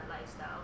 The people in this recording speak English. lifestyle